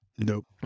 Nope